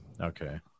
Okay